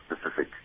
specific